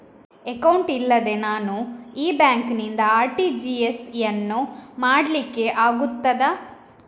Account ಇಲ್ಲದೆ ನಾನು ಈ ಬ್ಯಾಂಕ್ ನಿಂದ ಆರ್.ಟಿ.ಜಿ.ಎಸ್ ಯನ್ನು ಮಾಡ್ಲಿಕೆ ಆಗುತ್ತದ?